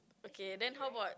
okay then how about